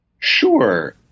Sure